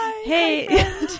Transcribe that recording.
Hey